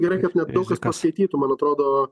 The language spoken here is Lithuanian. gerai kad net daug kas paskaitytų man atrodo